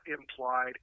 implied